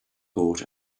boat